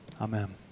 Amen